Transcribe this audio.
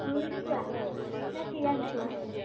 ଲୁଣି ଶୁଖୁଆ ନା ଚିରା ଶୁଖୁଆ